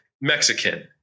Mexican